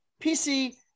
PC